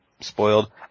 spoiled